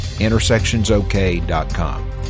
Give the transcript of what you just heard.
intersectionsok.com